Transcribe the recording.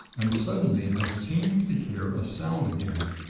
and suddenly i seemed to hear a sound again,